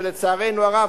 שלצערנו הרב,